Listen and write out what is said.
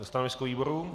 Stanovisko výboru.